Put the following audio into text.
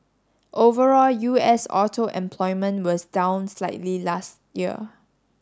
overall U S auto employment was down slightly last year